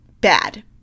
bad